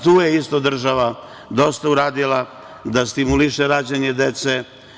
Tu je isto država dosta uradila, da stimuliše rađanje dece.